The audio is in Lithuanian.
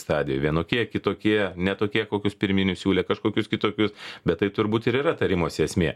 stadijoj vienokie kitokie ne tokie kokius pirminius siūlė kažkokius kitokius bet taip turbūt ir yra tarimosi esmė